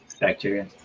bacteria